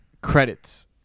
Credits